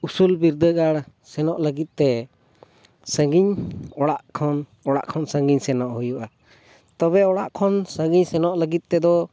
ᱩᱥᱩᱞ ᱵᱤᱨᱫᱟᱹᱜᱟᱲ ᱥᱮᱱᱚᱜ ᱞᱟᱹᱜᱤᱫ ᱛᱮ ᱥᱟᱺᱜᱤᱧ ᱚᱲᱟᱜ ᱠᱷᱚᱱ ᱚᱲᱟᱜ ᱠᱷᱚᱱ ᱥᱟᱺᱜᱤᱧ ᱥᱮᱱᱚᱜ ᱦᱩᱭᱩᱜᱼᱟ ᱛᱚᱵᱮ ᱚᱲᱟᱜ ᱠᱷᱚᱱ ᱥᱟᱺᱜᱤᱧ ᱥᱮᱱᱚᱜ ᱞᱟᱹᱜᱤᱫ ᱛᱮᱫᱚ